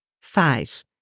Five